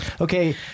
Okay